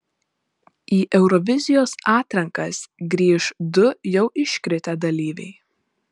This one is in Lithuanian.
į eurovizijos atrankas grįš du jau iškritę dalyviai